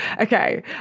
Okay